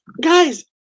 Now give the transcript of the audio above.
Guys